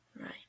Right